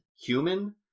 human